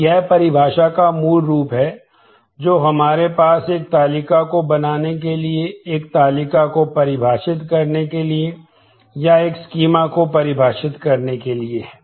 तो यह परिभाषा का मूल रूप है जो हमारे पास एक तालिका को बनाने के लिए एक तालिका को परिभाषित करने के लिए या एक स्कीमा को परिभाषित करने के लिए है